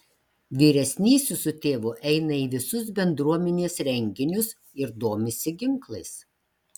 vyresnysis su tėvu eina į visus bendruomenės renginius ir domisi ginklais